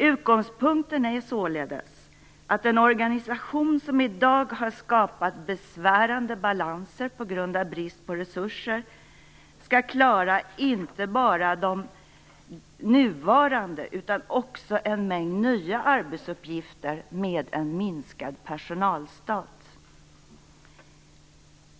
Utgångspunkten är således att en organisation som i dag har skapat besvärande balanser på grund av brist på resurser skall klara inte bara de nuvarande utan också en mängd nya arbetsuppgifter med en minskad personalstat.